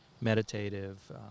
meditative